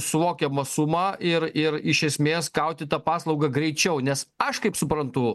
suvokiamą sumą ir ir iš esmės gauti tą paslaugą greičiau nes aš kaip suprantu